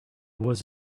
was